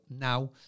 now